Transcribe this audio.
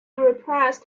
repressed